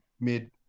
mid